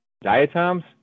diatoms